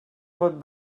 pot